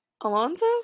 Alonso